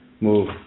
move